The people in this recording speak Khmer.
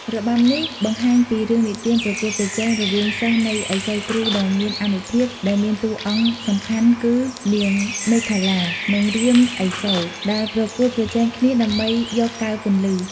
របាំនេះបង្ហាញពីរឿងនិទានប្រកួតប្រជែងរវាងសិស្សនៃឥសីគ្រូដ៏មានអានុភាព ដែលមានតួអង្គសំខាន់គឺ នាងមេខលា និង រាមឥសូរ ដែលប្រកួតប្រជែងគ្នាដើម្បីយកកែវពន្លឺ។